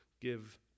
give